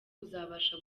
uzabasha